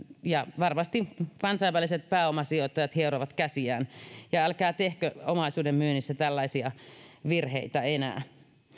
ja varmasti kansainväliset pääomasijoittajat hierovat käsiään älkää tehkö omaisuuden myynnissä tällaisia virheitä enää